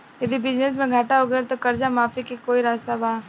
यदि बिजनेस मे घाटा हो गएल त कर्जा माफी के कोई रास्ता बा?